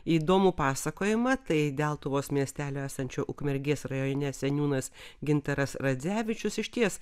įdomų pasakojimą tai deltuvos miestelio esančio ukmergės rajone seniūnas gintaras radzevičius išties